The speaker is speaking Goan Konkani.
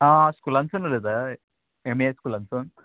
आं स्कुलांसून उलयतां एम ए आय स्कुलांतसून